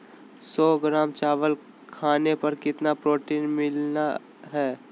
सौ ग्राम चावल खाने पर कितना प्रोटीन मिलना हैय?